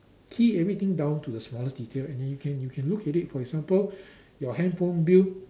key everything down to the smallest detail and then you can you can look at it for example your handphone bill